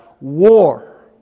war